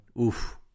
oof